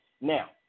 Now